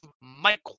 Michael